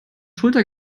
schulter